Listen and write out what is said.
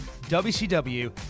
WCW